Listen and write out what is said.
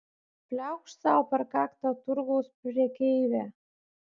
pliaukšt sau per kaktą turgaus prekeivė